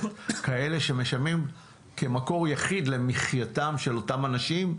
כאלה שמשולמות כמקור יחיד למחייתם של אותם אנשים.